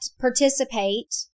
participate